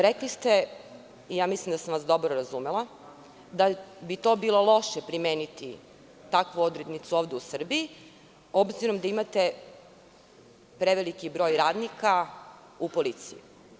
Rekli ste, i mislim da sam vas dobro razumela, da bi to bilo loše primeniti, takvu odrednicu, ovde u Srbiji, obzirom da imate preveliki broj radnika u policiji.